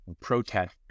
protest